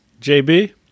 JB